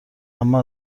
اما